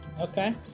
Okay